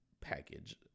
package